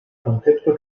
concepto